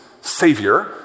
savior